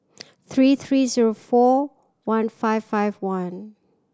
three three zero four one five five one